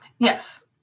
yes